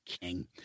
King